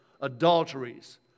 adulteries